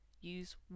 use